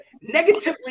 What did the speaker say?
Negatively